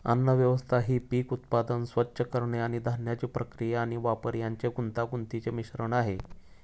अन्नव्यवस्था ही पीक उत्पादन, स्वच्छ करणे आणि धान्याची प्रक्रिया आणि वापर यांचे गुंतागुंतीचे मिश्रण आहे